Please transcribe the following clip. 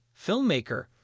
filmmaker